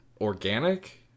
organic